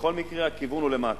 בכל מקרה, הכיוון הוא למטה.